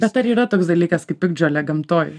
bet ar yra toks dalykas kaip piktžolė gamtoj